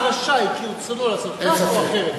הרשאי כרצונו לעשות כך או אחרת,